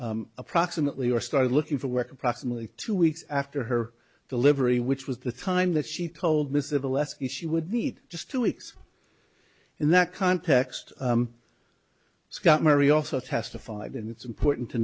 work approximately or started looking for work approximately two weeks after her delivery which was the time that she told missive alessi she would need just two weeks in that context scott murray also testified and it's important to